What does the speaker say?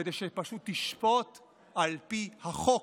כדי שהיא פשוט תשפוט על פי החוק.